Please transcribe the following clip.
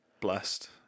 Blessed